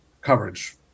coverage